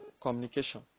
communication